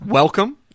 Welcome